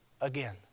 again